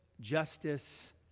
justice